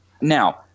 Now